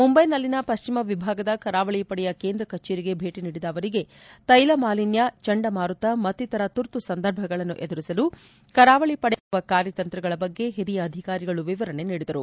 ಮುಂಬೈನಲ್ಲಿನ ಪಶ್ಚಿಮ ವಿಭಾಗದ ಕರಾವಳಿ ಪಡೆಯ ಕೇಂದ್ರ ಕಚೇರಿಗೆ ಭೇಟಿ ನೀಡಿದ ಅವರಿಗೆ ತ್ವೆಲ ಮಾಲಿನ್ನ ಚಂಡಮಾರುತ ಮತ್ತಿತರ ತುರ್ತು ಸಂದರ್ಭಗಳನ್ನು ಎದುರಿಸಲು ಕರಾವಳಿ ಪಡೆ ಅನುಸರಿಸುತ್ತಿರುವ ಕಾರ್ಯತಂತ್ರಗಳ ಬಗ್ಗೆ ಹಿರಿಯ ಅಧಿಕಾರಿಗಳು ವಿವರಣೆ ನೀಡಿದರು